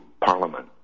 Parliament